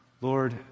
Lord